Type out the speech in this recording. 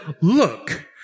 look